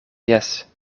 jes